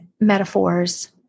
metaphors